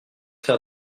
faire